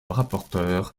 rapporteur